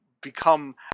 become